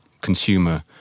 consumer